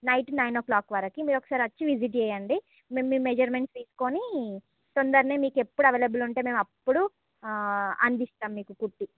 night nine o'clock వరకు మీరు ఒకసారి వచ్చి విజిట్ చేయండి మేము మీ మెజర్మెంట్స్ తీసుకుని తొందర్నే మీకు ఎప్పుడు అవైలబుల్ ఉంటే మేము అప్పుడు అందిస్తాం మీకు కుట్టి